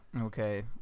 Okay